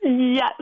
Yes